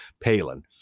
Palin